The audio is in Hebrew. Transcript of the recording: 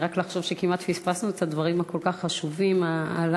רק לחשוב שכמעט פספסנו את הדברים הכל-כך חשובים הללו,